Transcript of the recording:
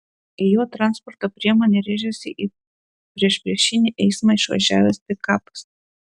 į jo transporto priemonę rėžėsi į priešpriešinį eismą išvažiavęs pikapas